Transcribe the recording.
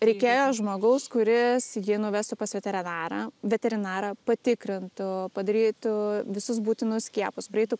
reikėjo žmogaus kuris jį nuvestų pas veterinarą veterinarą patikrintų padarytų visus būtinus skiepus praeitų